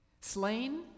Slain